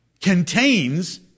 contains